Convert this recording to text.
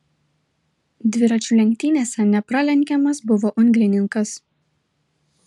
dviračių lenktynėse nepralenkiamas buvo unglininkas